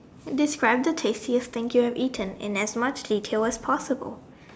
describe the tasty you think you have eaten in as much detail as possible